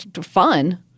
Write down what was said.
fun